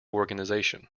organisation